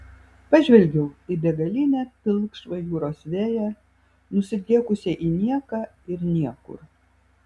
pažvelgiau į begalinę pilkšvą jūros veją nusidriekusią į nieką ir niekur